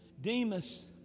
Demas